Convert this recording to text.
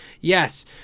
Yes